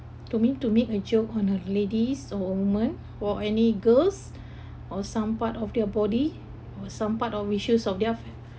to me to make a joke on a ladies or woman or any girls or some part of their body or some part of issues of their